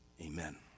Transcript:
Amen